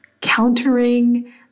countering